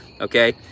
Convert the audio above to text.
Okay